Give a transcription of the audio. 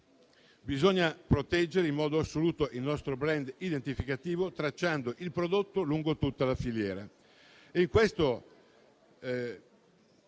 Bisogna proteggere in modo assoluto il nostro *brand* identificativo, tracciando il prodotto lungo tutta la filiera.